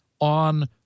on